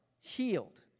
healed